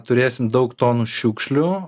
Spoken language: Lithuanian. turėsim daug tonų šiukšlių